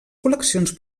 col·leccions